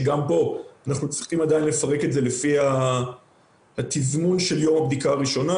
גם את זה אנחנו צריכים לפרק לפי התזמון של יום הבדיקה הראשונה,